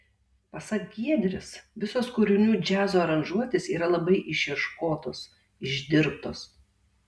pasak giedrės visos kūrinių džiazo aranžuotės yra labai išieškotos išdirbtos